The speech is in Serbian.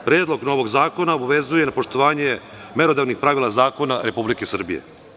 Predlog novog zakona obavezuje na poštovanje merodavnih pravila zakona Republike Srbije.